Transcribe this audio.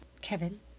Kevin